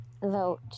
vote